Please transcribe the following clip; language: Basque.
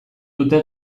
dute